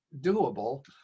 doable